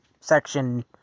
section